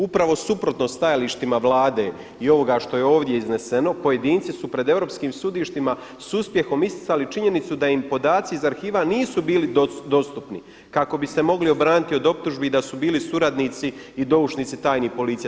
Upravo suprotno stajalištima Vlade i ovoga što je ovdje izneseno pojedinci su pred europskih sudištima s uspjehom isticali činjenicu da im podaci iz arhiva nisu bili dostupni kako bi se mogli obraniti od optužbi da su bili suradnici i doušnici tajnih policija.